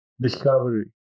Discovery